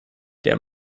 der